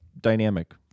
dynamic